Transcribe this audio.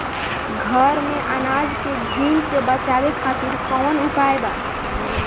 घर में अनाज के घुन से बचावे खातिर कवन उपाय बा?